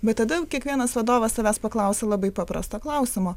bet tada kiekvienas vadovas savęs paklausia labai paprasto klausimo